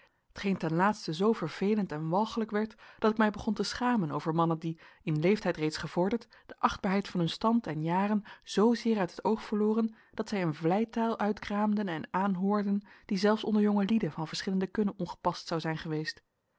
t geen ten laatste zoo vervelend en walgelijk werd dat ik mij begon te schamen over mannen die in leeftijd reeds gevorderd de achtbaarheid van hun stand en jaren zoozeer uit het oog verloren dat zij een vleitaal uitkraamden en aanhoorden die zelfs onder jonge lieden van verschillende kunne ongepast zou zijn geweest